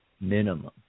Minimum